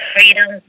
Freedom